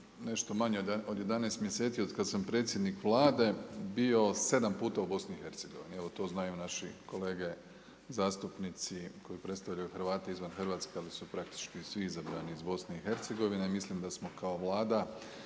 nešto manje od 11 mjeseci od kada sam prisjednik Vlade bio sedam puta u BiH, evo to znaju naši kolege zastupnici koji predstavljaju Hrvate izvan Hrvatske, ali su praktički svi izabrani iz BiH i mislim da smo kao Vlada